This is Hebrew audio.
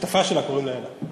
השותפה שלה, קוראים לה אלה.